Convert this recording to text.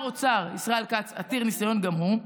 האוצר ישראל כץ עתיר הניסיון גם הוא,